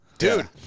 Dude